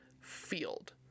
field